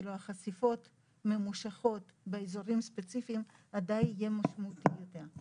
חשיפות ממושכות באזורים ספציפיים עדיין יהיה משמעותי יותר.